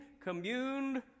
communed